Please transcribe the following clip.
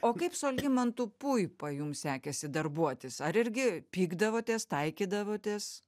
o kaip su algimantu puipa jums sekėsi darbuotis ar irgi pykdavo tės taikydavotės